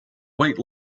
weight